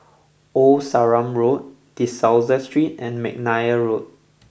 Old Sarum Road De Souza Street and McNair Road